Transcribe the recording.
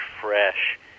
fresh